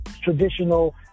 traditional